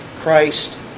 Christ